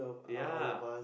ya